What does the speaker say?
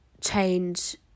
change